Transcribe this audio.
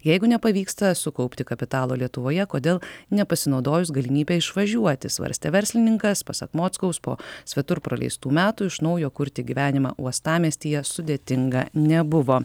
jeigu nepavyksta sukaupti kapitalo lietuvoje kodėl nepasinaudojus galimybe išvažiuoti svarstė verslininkas pasak mockaus po svetur praleistų metų iš naujo kurti gyvenimą uostamiestyje sudėtinga nebuvo